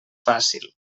fàcil